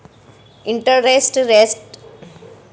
interest rate वार्षिक, अर्द्धवार्षिक या मासिक हो सकता है